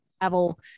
travel